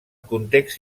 context